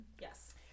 Yes